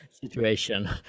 situation